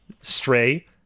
Stray